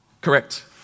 Correct